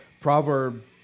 Proverb